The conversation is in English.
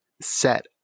set